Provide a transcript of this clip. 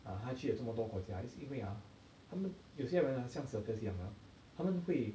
ah 他去了这么多国家是因为 ah 他们有些人 ah 像 circus 这样 ah 他们会